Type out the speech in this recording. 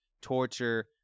torture